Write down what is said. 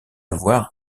avoir